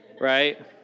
Right